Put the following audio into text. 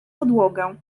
podłogę